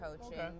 coaching